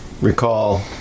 recall